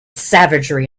savagery